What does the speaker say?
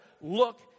look